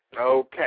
Okay